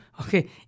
okay